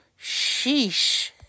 Sheesh